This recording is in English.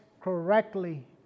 correctly